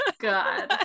God